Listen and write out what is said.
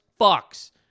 fucks